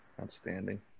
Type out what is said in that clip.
Outstanding